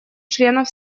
членов